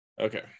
okay